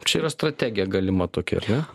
čia yra strategija galima tokia ar ne